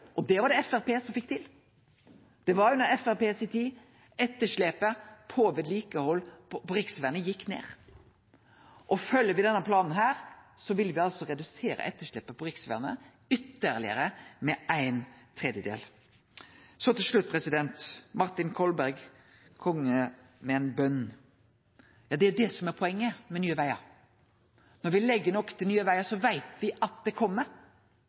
det var det Framstegspartiet fekk til, det var under Framstegspartiet si tid etterslepet på vedlikehald på riksvegane gjekk ned – og følgjer me denne planen, vil me lykkast med å redusere etterslepet på riksvegane ytterlegare med ein tredjedel. Så til slutt, Martin Kolberg kjem med ei bøn. Det er det som er poenget med Nye Vegar. Når me legg nok til Nye Vegar, veit me at det